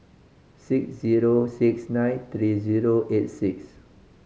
six zero six nine three zero eight six